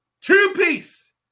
two-piece